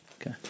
Okay